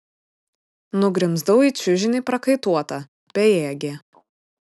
nugrimzdau į čiužinį prakaituota bejėgė